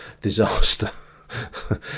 disaster